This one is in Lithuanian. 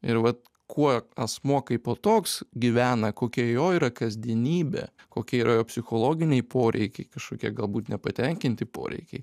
ir vat kuo asmuo kaipo toks gyvena kokia jo yra kasdienybė kokie jo yra psichologiniai poreikiai kažkokie galbūt nepatenkinti poreikiai